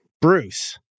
Bruce